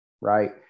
right